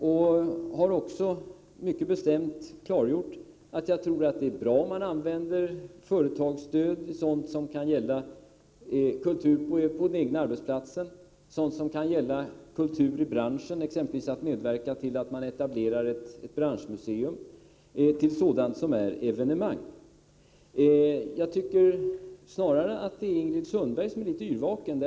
Jag har också mycket bestämt klargjort att jag tror att det är bra om man använder företagsstöd till sådant som kultur på den egna arbetsplatsen, kultur inom branschen — exempelvis medverkan till att etablera ett branschmuseum — och till sådant som är evenemang. Jag tycker snarare att det är Ingrid Sundberg som är litet yrvaken.